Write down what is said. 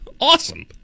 Awesome